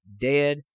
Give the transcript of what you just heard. dead